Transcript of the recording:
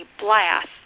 blast